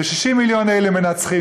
כש-60 מיליון אלה מנצחים,